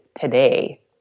today